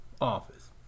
office